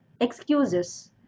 excuses